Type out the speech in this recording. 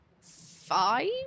five